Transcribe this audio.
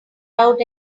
out